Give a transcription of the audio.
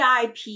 VIP